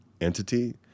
entity